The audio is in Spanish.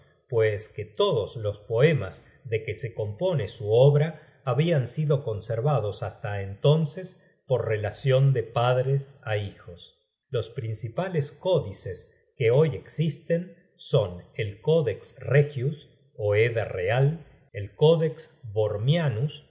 pues que todos los poemas de que se compone su obra habian sido conservados hasta entonces por relacion de padres á hijos los principales códices que hoy existen son el códex regius ó edda real el códex